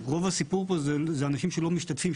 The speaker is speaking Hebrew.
רוב הסיפור פה זה אנשים שלא משתתפים,